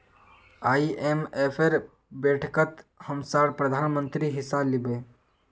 आईएमएफेर बैठकत हमसार प्रधानमंत्री हिस्सा लिबे